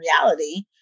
reality